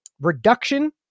reduction